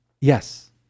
Yes